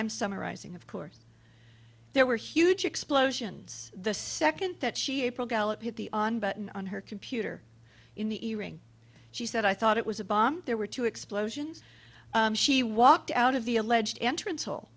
i'm summarizing of course there were huge explosions the second that she april gallup hit the on button on her computer in the evening she said i thought it was a bomb there were two explosions she walked out of the alleged entrance hole